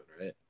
right